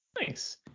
nice